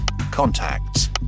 contacts